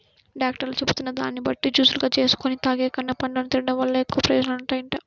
డాక్టర్లు చెబుతున్న దాన్ని బట్టి జూసులుగా జేసుకొని తాగేకన్నా, పండ్లను తిన్డం వల్ల ఎక్కువ ప్రయోజనాలుంటాయంట